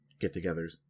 get-togethers